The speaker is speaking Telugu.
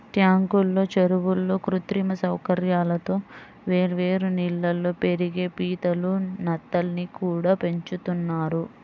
ట్యాంకుల్లో, చెరువుల్లో కృత్రిమ సౌకర్యాలతో వేర్వేరు నీళ్ళల్లో పెరిగే పీతలు, నత్తల్ని కూడా పెంచుతున్నారు